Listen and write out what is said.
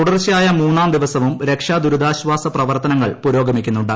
തുടർച്ചയായ മൂന്നാം ദിവസവും രക്ഷാ ദുരിതാശ്വാസ പ്രവർത്തനങ്ങൾ പുരോഗമിക്കുന്നുണ്ട്